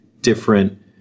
different